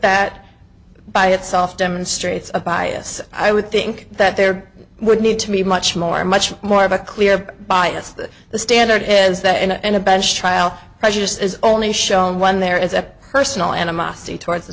that by itself demonstrates a bias i would think that there would need to be much more much more of a clear bias that the standard is that and a bench trial prejudiced is only shown when there is a personal animosity towards the